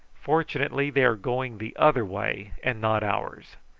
fortunately they are going the other way and not ours.